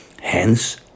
Hence